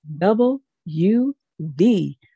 W-U-D